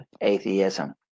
atheism